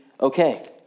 Okay